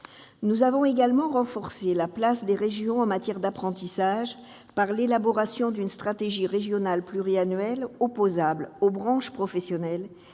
Nous avons également renforcé la place des régions en matière d'apprentissage par l'élaboration d'une stratégie régionale pluriannuelle opposable aux branches professionnelles